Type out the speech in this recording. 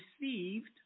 received